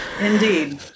indeed